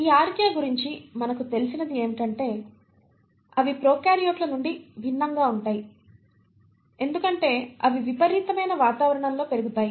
ఈ ఆర్కియా గురించి మనకు తెలిసినది ఏమిటంటే అవి ప్రొకార్యోట్ల నుండి భిన్నంగా ఉంటాయి ఎందుకంటే అవి విపరీతమైన వాతావరణంలో పెరుగుతాయి